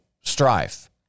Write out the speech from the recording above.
strife